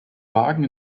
wagen